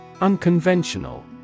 Unconventional